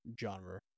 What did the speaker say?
genre